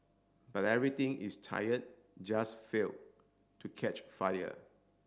but everything is tired just failed to catch fire